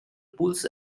pools